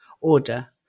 order